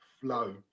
flow